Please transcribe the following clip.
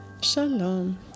Shalom